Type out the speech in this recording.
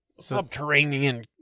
Subterranean